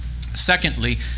Secondly